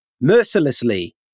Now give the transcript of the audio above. mercilessly